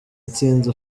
intsinzi